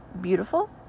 beautiful